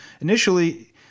initially –